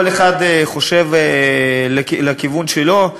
כל אחד חושב לכיוון שלו.